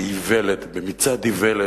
באיוולת, במצעד איוולת,